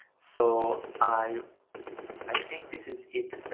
so i i think this is it.